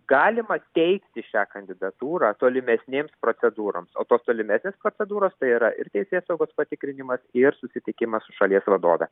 galima teikti šią kandidatūrą tolimesnėms procedūroms o tos tolimesnės procedūros tai yra ir teisėsaugos patikrinimas ir susitikimas su šalies vadove